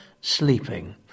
sleeping